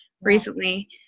recently